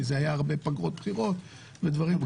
כי היו הרבה פגרות בחירות ודברים כאלה.